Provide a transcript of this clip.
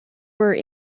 were